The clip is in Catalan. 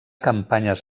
campanyes